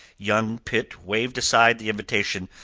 young pitt waved aside the invitation.